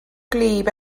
gwlyb